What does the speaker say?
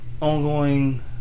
ongoing